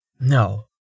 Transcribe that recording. No